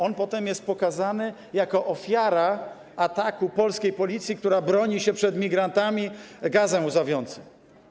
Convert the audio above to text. On potem jest pokazany jako ofiara ataku polskiej policji, która broni się przed migrantami gazem łzawiącym.